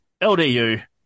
LDU